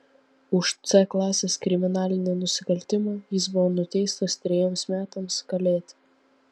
už c klasės kriminalinį nusikaltimą jis buvo nuteistas trejiems metams kalėti